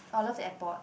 orh I love the airport